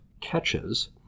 catches